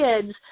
kids